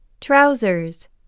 Trousers